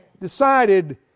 decided